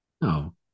No